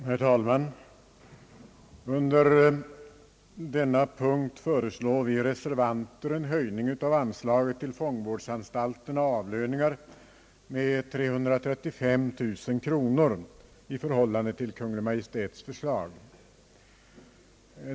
Herr talman! Under denna punkt föreslår vi reservanter en höjning av anslaget till Fångvårdsanstalterna: Avlöningar med 335 000 kronor i förhållande till Kungl. Maj:ts förslag.